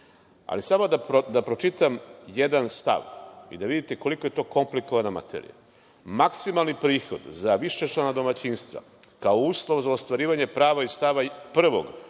uslovima. Samo da pročitam jedan stav i da vidite koliko je to komplikovana materija. Maksimalni prihod za višečlana domaćinstva, kao uslov za ostvarivanje prava iz stava 1. ovog